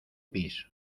pis